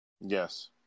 Yes